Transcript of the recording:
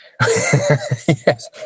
Yes